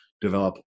develop